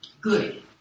Good